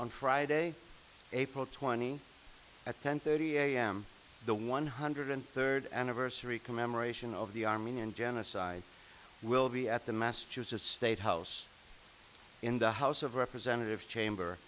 on friday april twenty eighth ten thirty am the one hundred third anniversary commemoration of the armenian genocide will be at the massachusetts state house in the house of representatives chamber